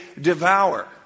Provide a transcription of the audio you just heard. devour